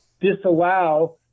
disallow